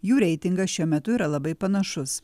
jų reitingas šiuo metu yra labai panašus